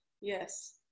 Yes